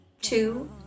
two